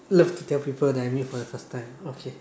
love to tell people that I meet for the first time okay